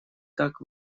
как